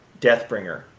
Deathbringer